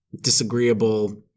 disagreeable